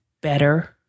better